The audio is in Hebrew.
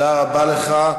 תודה רבה לך.